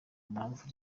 mpamvu